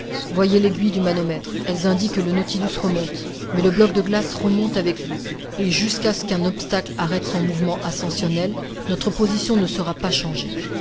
voyez l'aiguille du manomètre elle indique que le nautilus remonte mais le bloc de glace remonte avec lui et jusqu'à ce qu'un obstacle arrête son mouvement ascensionnel notre position ne sera pas changée